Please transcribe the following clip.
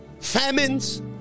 famines